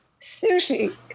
Sushi